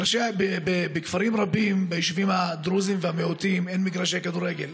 שבכפרים רבים ביישובים של הדרוזים והמיעוטים אין מגרשי כדורגל?